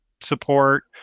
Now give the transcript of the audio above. support